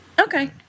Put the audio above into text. Okay